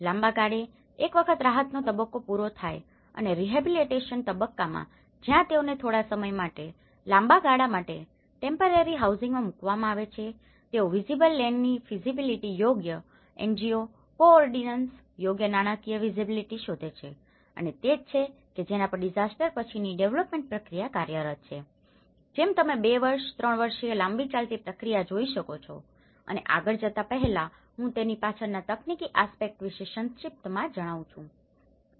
લાંબા ગાળે એક વખત રાહતનો તબક્કો પૂરો થાય અને રીહેબીલીટેશન તબક્કા માં જ્યાં તેઓને થોડા સમય અને લાંબા ગાળા માટે ટેમ્પરરી હાઉઝીંગમાં મૂકવામાં આવે છે તેઓ વિઝીબલ લેન્ડ ની ફીઝીબીલીટી યોગ્ય NGO કો ઓરડીનંસ યોગ્ય નાણાકીય વિઝીબલીટી શોધે છે અને તે જ છે કે જેના પર ડીઝાસ્ટર પછીની ડેવેલપમેન્ટ પ્રક્રિયા કાર્યરત છે જે તમે બે વર્ષ ત્રણ વર્ષીય લાંબી ચાલતી પ્રક્રિયા જોઈ શકો છો અને આગળ જતા પહેલા હું તેની પાછળના તકનીકી આસ્પેક્ટ વિશે સંક્ષિપ્તમાં જણાવું છું